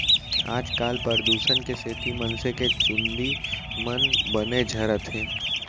आजकाल परदूसन के सेती मनसे के चूंदी मन बने झरत हें